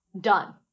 done